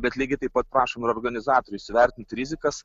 bet lygiai taip pat prašom ir organizatorių įsivertint rizikas